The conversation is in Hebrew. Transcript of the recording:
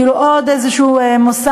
כאילו עוד איזה מוסד,